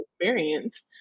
experience